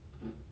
I